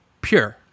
pure